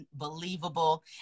unbelievable